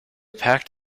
packed